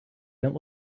went